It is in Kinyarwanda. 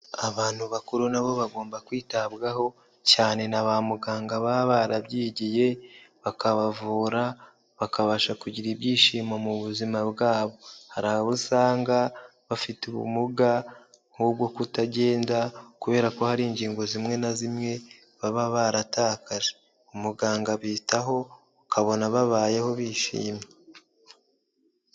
abantu bakuru nabo bagomba kwitabwaho cyane na ba muganga baba barabyigiye bakabavura bakabasha kugira ibyishimo mu buzima bwabo hari abo usanga bafite ubumuga'bwo kutagenda kubera ko hari ingingo zimwe na zimwe baba baratakaje umugangataho ukabona babayeho bishimye